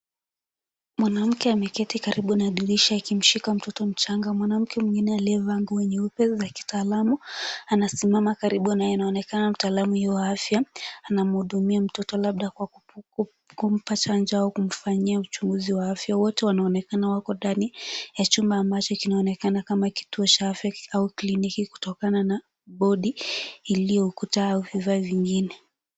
Mwanamke ameketi karibu na dirisha akimshika mtoto mchanga. Mwanamke mwengine aliyevaa nguo nyeupe ya kitaalamu amesimama karibu na anayeonekana mtaalamu huyu wa afya anamhudumia mtoto labda kwa kumpa chanjo au kumfanyia uchunguzi wa afya. Wote wanaonekana wako ndani ya chumba ambacho inaonekana kama kituo cha ya afya au kliniki kutokana na bodi iliyo ukuta wa vifaa vingine.